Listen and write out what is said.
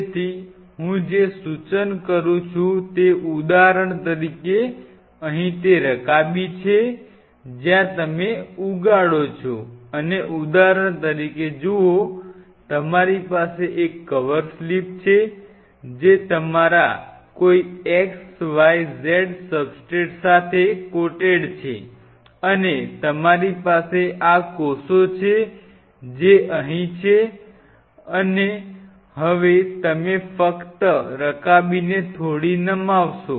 તેથી હું જે સૂચન કરું છું તે ઉદાહરણ તરીકે જુઓ અહીં તે રકાબી છે જ્યાં તમે ઉગાડો છો અને ઉદાહરણ તરીકે જુઓ તમારી પાસે એક કવર સ્લિપ છે જે તમારા કોઈ XYZ સબસ્ટ્રેટ સાથે કોટેડ છે અને તમારી પાસે આ કોષો છે જે અહીં છે અને હવે તમે ફક્ત રકાબીને થોડી નમાવશો